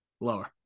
Lower